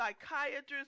Psychiatrists